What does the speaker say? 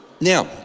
now